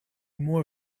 more